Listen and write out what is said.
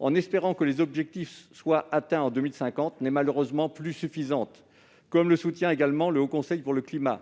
en espérant que les objectifs seront atteints en 2050, n'est malheureusement plus suffisante, comme le soutient également le Haut Conseil pour le climat.